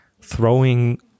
throwing